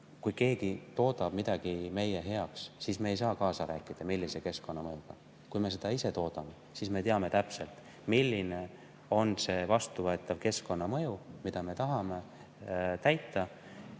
kui keegi toodab midagi meie heaks, siis me ei saa kaasa rääkida, millise keskkonnamõjuga see on. Kui me ise toodame, siis me teame täpselt, milline on see vastuvõetav keskkonnamõju, mida me tahame täita,